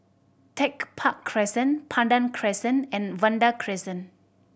Tech Park Crescent Pandan Crescent and Vanda Crescent